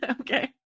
Okay